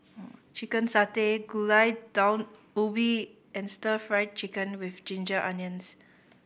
Chicken Satay Gulai Daun Ubi and Stir Fry Chicken with ginger onions